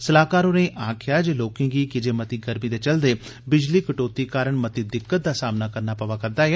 स्लाहकार होरें आक्खेया जे लोकें गी कीजे मती गर्मी दे चलदे बिजली कटोती कारण मती दिक्कत दा सामना करना पवै करदा ऐ